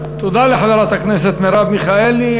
תודה לחברת הכנסת מרב מיכאלי.